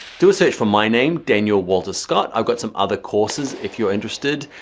do a search for my name, daniel walter scott. i've got some other courses, if you're interested.